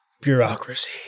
Bureaucracy